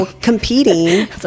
Competing